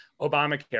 Obamacare